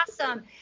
awesome